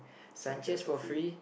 Sanchez for free